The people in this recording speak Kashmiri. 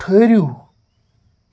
ٹھٔہرِو